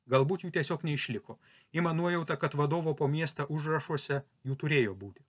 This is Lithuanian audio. galbūt jų tiesiog neišliko ima nuojauta kad vadovo po miestą užrašuose jų turėjo būti